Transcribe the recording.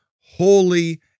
holy